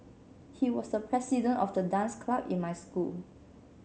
he was the president of the dance club in my school